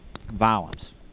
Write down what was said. violence